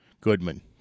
Goodman